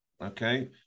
okay